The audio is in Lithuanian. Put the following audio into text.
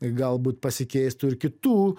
galbūt pasikeistų ir kitų